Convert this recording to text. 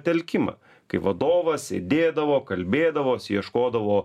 telkimą kai vadovas sėdėdavo kalbėdavosi ieškodavo